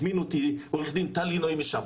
הזמין אותי עו"ד טל לינוי משם.